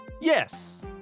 Yes